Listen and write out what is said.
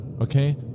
okay